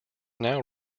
now